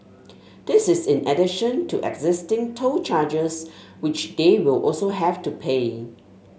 this is in addition to existing toll charges which they will also have to pay